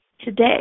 today